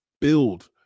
Build